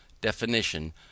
definition